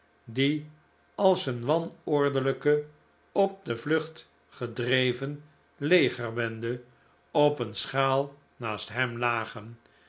die als een wanordelijke op de vlucht gedreven legerbende op een schaal naast hem lagen